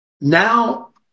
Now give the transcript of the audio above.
now